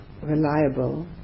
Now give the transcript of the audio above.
reliable